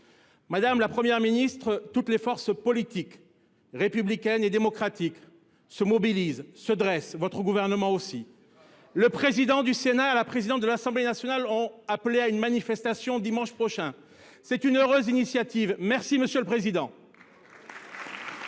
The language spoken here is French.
Madame la Première ministre, toutes les forces politiques républicaines et démocratiques se mobilisent, se dressent – votre gouvernement aussi. Le Président du Sénat et la Présidente de l’Assemblée nationale ont appelé à une manifestation dimanche prochain. C’est une heureuse initiative. Merci, monsieur le président